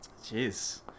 jeez